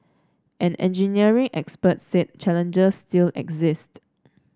an engineering expert said challengers still exist